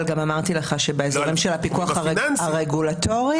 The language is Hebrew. אבל גם אמרתי שבאזורים של הפיקוח הרגולטורי לא.